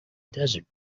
desert